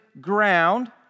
ground